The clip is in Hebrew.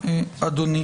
רוזימן;